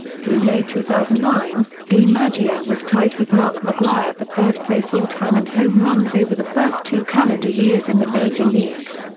through may two thousand and nine, dimaggio was tied with mark mcgwire for third place all-time in home runs over the first two calendar years in the major leagues,